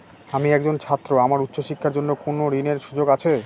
আমি একজন ছাত্র আমার উচ্চ শিক্ষার জন্য কোন ঋণের সুযোগ আছে?